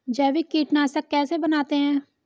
जैविक कीटनाशक कैसे बनाते हैं?